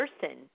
person